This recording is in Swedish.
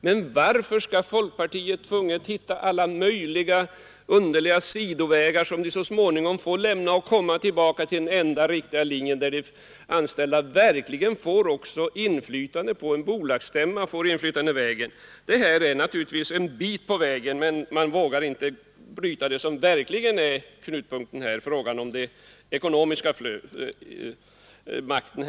Men varför skall folkpartiet nödvän Allmänna pensionsdigtvis hitta alla möjliga sidovägar, som de så småningom får lämna för fondens förvaltning, att komma tillbaka till den enda riktiga linjen — varigenom de anställda —”. m. verkligen får inflytande även på bolagsstämmor? Enligt ert förslag kommer man naturligtvis en bit på vägen, men folkpartiet vågar inte lösa den verkliga knuten — frågan om den ekonomiska makten!